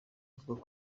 avuga